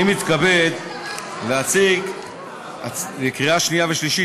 אני מתכבד להציג לקריאה שנייה ושלישית